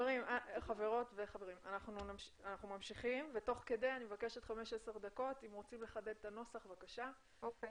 אנחנו ממשיכים ואתם מוזמנים לחדד את הנוסח תוך כדי.